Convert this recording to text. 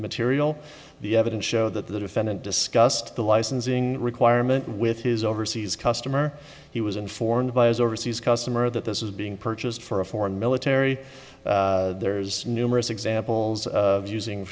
material the evidence show that the defendant discussed the licensing requirement with his overseas customer he was informed by his overseas customer that this is being purchased for a foreign military there's numerous examples of using